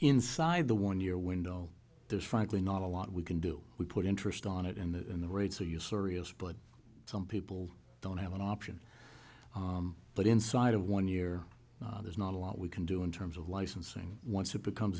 inside the one year window there's frankly not a lot we can do we put interest on it in the in the rates so usurious but some people don't have an option but inside of one year there's not a lot we can do in terms of licensing once it becomes